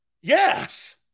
Yes